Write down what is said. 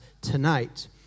tonight